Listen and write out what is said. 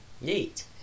Neat